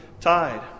tide